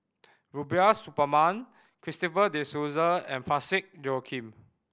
Rubiah Suparman Christopher De Souza and Parsick Joaquim